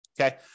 Okay